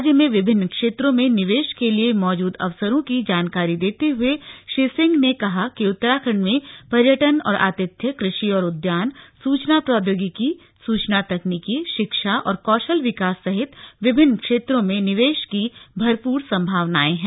राज्य में विभिन्न क्षेत्रों में निवेश के लिए मौजूद अवसरों की जानकारी देते हुए श्री सिंह ने कहा कि उत्तराखण्ड में पर्यटन और आतिथ्य कृषि और उद्यान सुचना प्रौद्योगिकी सूचना तकनीकी शिक्षा और कौशल विकास सहित विभिन्न क्षेत्रो में निवेश की भंरपूर संभावनाएं है